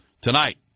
tonight